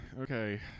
okay